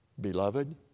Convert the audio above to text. Beloved